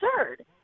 absurd